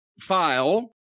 file